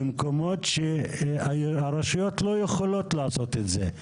במקומות שהרשויות לא יכולות לעשות את זה.